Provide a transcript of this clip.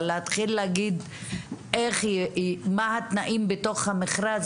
אבל להתחיל להגיד מה התנאים בתוך המכרז